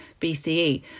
BCE